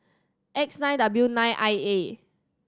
X nine W nine I A